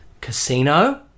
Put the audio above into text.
Casino